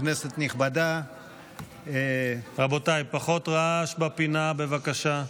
כנסת נכבדה, רבותיי, פחות רעש בפינה, בבקשה.